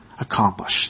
accomplished